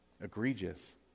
Egregious